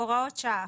הוראות שעה.